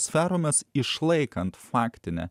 sferomis išlaikant faktinę